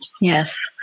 Yes